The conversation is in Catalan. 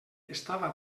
estava